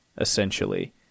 essentially